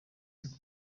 niko